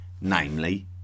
namely